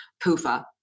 PUFA